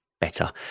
better